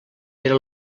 era